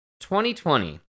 2020